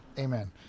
Amen